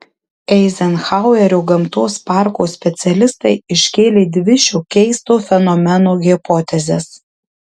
eizenhauerio gamtos parko specialistai iškėlė dvi šio keisto fenomeno hipotezes